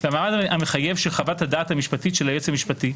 והמעמד המחייב של חוות-הדעת המשפטית של היועץ המשפטי,